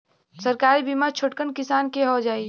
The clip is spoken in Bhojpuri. सरकारी बीमा छोटकन किसान क हो जाई?